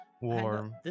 warm